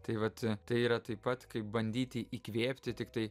tai vat tai yra taip pat kaip bandyti įkvėpti tiktai